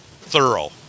thorough